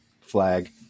flag